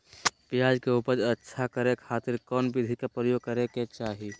प्याज के उपज अच्छा करे खातिर कौन विधि के प्रयोग करे के चाही?